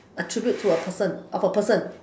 attribute to a person of a person